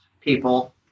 people